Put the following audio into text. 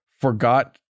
forgot